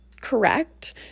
correct